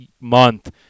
month